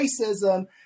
racism